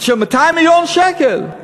של 200 מיליון שקל.